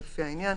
לפי העניין.